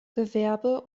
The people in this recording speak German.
gewerbe